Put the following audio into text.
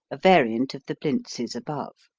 a variant of the blintzes above.